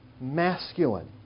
masculine